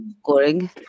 scoring